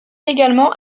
également